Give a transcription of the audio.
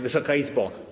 Wysoka Izbo!